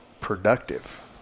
productive